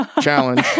challenge